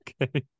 Okay